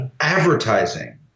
advertising